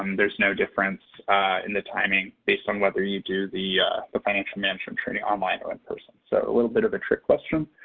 um there's no difference in the timing, based on whether you do the the financial management training online or in person, so a little bit of a trick question.